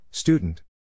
Student